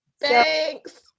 Thanks